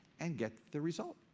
and get the result.